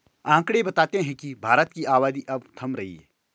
आकंड़े बताते हैं की भारत की आबादी अब थम रही है